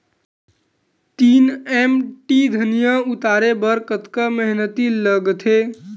तीन एम.टी धनिया उतारे बर कतका मेहनती लागथे?